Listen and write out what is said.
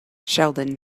sheldon